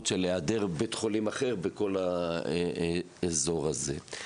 של היעדר בית חולים אחר בכל האזור הזה.